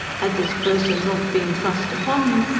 had this person not been thrust upon him,